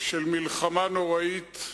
של מלחמה נוראית,